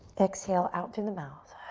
exhale out through the mouth.